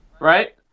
Right